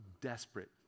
desperate